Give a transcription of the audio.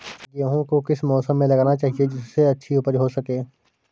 गेहूँ को किस मौसम में लगाना चाहिए जिससे अच्छी उपज हो सके?